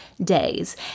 days